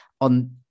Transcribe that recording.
on